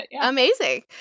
Amazing